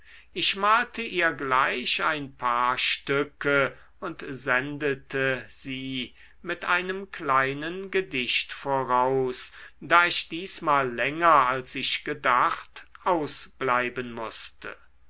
ich malte ihr gleich ein paar stücke und sendete sie mit einem kleinen gedicht voraus da ich diesmal länger als ich gedacht ausbleiben mußte